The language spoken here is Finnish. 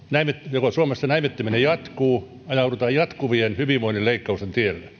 joko suomessa näivettyminen jatkuu ajaudutaan jatkuvien hyvinvoinnin leikkausten tielle